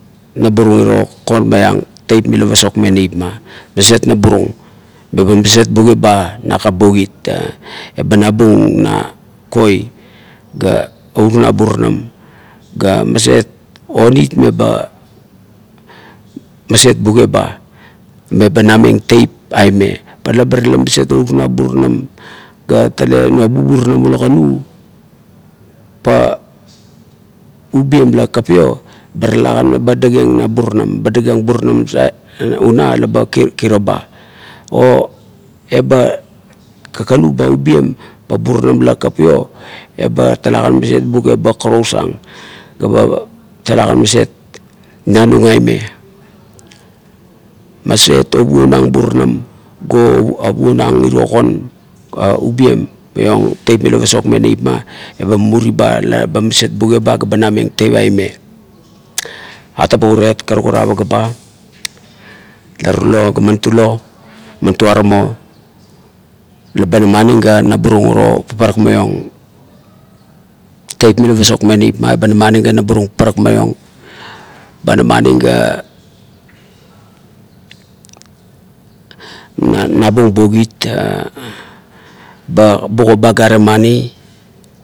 Naburung iro kon maiang teip mila pasokmeng neip ma, maset naburung meba maset bugu ba nakap ba kit ga eba nabung na koi ga oruknang burunam ga maset onit me ba maset bugu ba meba na meng teip oume pa la ba tale nuabu burunam ula kanu pa ubien la kakapio ba talekan dakieng na burunam, ba dakieng burunam nasait una la ba kiro ba o laba kakanu ba ubien pa burunam la kakapio eba talekan maset bugu ba korousang ga ba talekan maset nanung aime maset ovuonang burunam ovuonang kon a ubien maiong teip mila pasokmeng neip ma eba mumuri ba ga ba na meng teip aime. Atabo uriet karuk ara a paga ba, ag tulo ga man tulo man tuaramo la ba namaning ga naburung uro parak maiong teip mila pasokmeng neip ma eba namaning g nabung la kit ba bago ba gare mani.